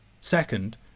Second